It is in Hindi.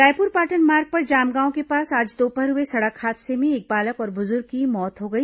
रायपुर पाटन मार्ग पर जामगांव के पास आज दोपहर हुए सड़क हादसे में एक बालक और बुजुर्ग की मौत हो गई